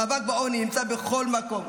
המאבק בעוני נמצא בכל מקום,